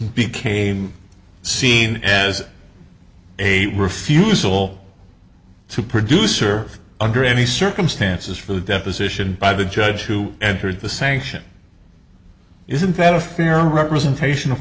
became seen as a refusal to produce or under any circumstances for the deposition by the judge to enter the sanction isn't that a fair representation of